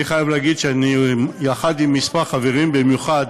אני חייב להגיד שיחד עם כמה חברים, במיוחד